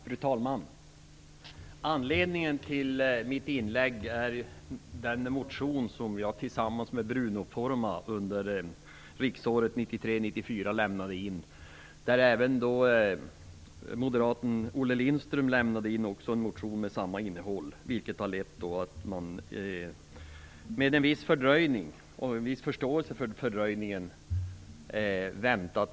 Fru talman! Anledningen till mitt inlägg är den motion som jag lämnade in tillsammans med Bruno Lindström lämnade in en motion med samma innehåll. Man har väntat med betänkandet till nu, och jag kan ha viss förståelse för den fördröjningen.